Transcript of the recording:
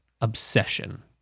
obsession